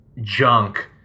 junk